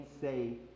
say